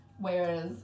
Whereas